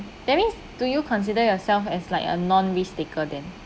that means do you consider yourself as like a non risk taker then